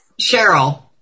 Cheryl